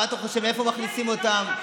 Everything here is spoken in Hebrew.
מה אתה חושב, מאיפה מכניסים אותם?